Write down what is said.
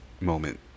moment